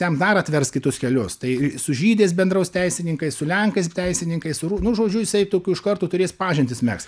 jam dar atvers kitus kelius tai su žydais bendraus teisininkai su lenkais teisininkais su ru nu žodžiu jisai tokių iš karto turės pažintis megzt